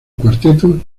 cuarteto